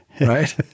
right